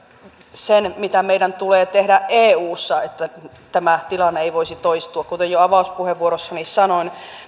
sen mitä meidän tulee tehdä eussa että tämä tilanne ei voisi toistua kuten jo avauspuheenvuorossani sanoin